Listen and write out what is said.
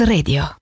Radio